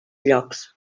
llocs